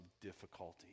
difficulty